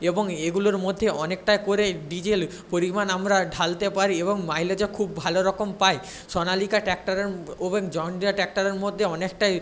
এবং এগুলোর মধ্যে অনেকটা করে ডিজেল পরিমাণ আমরা ঢালতে পারি এবং মাইলেজও খুব ভালো রকম পাই সোনালিকা ট্র্যাক্টরের জন ডিয়ার ট্র্যাক্টরের মধ্যে অনেকটাই